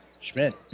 Schmidt